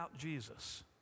Jesus